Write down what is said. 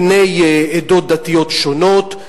בני עדות דתיות שונות,